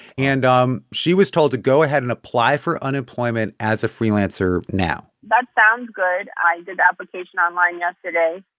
and um she was told to go ahead and apply for unemployment as a freelancer now that sounds good. i did the application online yesterday.